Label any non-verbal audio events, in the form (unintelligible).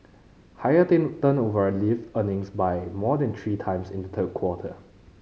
higher (unintelligible) turnover lifted earnings by more than three times in the third quarter